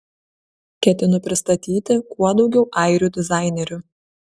ketinu pristatyti kuo daugiau airių dizainerių